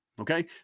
okay